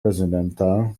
residential